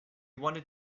wanted